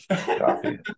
Coffee